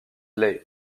lay